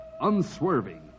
Unswerving